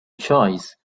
choice